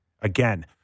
Again